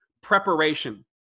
Preparation